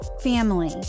family